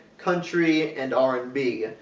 country, and r and b.